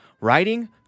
Writing